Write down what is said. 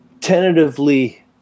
tentatively